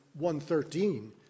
113